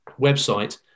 website